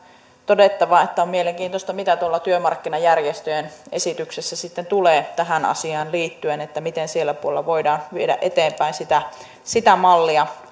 todettava että on mielenkiintoista mitä tuolla työmarkkinajärjestöjen esityksessä sitten tulee tähän asiaan liittyen että miten siellä puolella voidaan viedä eteenpäin sitä sitä mallia